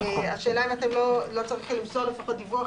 השאלה אם לא צריך למסור דיווח